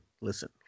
listen